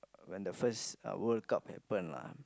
when the first World-Cup happen lah